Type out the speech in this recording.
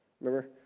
Remember